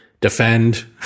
defend